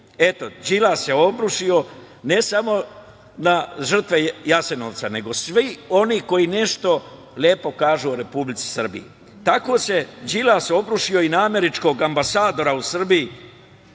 se obrušio ne samo na žrtve Jasenovca nego svih onih koji nešto lepo kažu o Republici Srbiji. Tako se Đilas obrušio i na ambasadora u Srbiji,